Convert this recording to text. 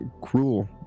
cruel